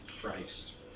Christ